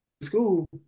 school